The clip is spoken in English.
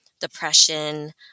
depression